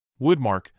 Woodmark